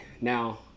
Now